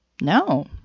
No